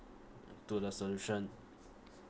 to the solution